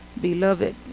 Beloved